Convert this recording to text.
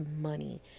money